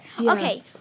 okay